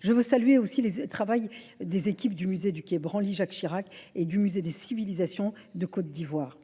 Je veux saluer aussi les travails des équipes du musée du quai Branly Jacques Chirac et du musée des civilisations de Côte d'Ivoire.